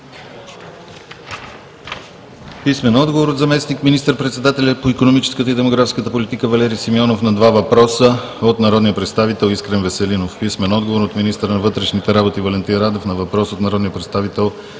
Писмен отговор от: - заместник министър-председателя по икономическата и демографската политика Валери Симеонов на два въпроса от народния представител Искрен Веселинов. - министъра на вътрешните работи Валентин Радев на въпрос от народния представител